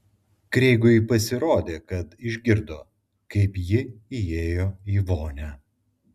kreigui pasirodė kad išgirdo kaip ji įėjo į vonią